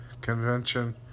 convention